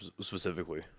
specifically